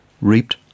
reaped